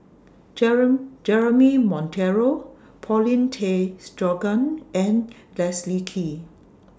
Jeremy Monteiro Paulin Tay Straughan and Leslie Kee